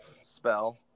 spell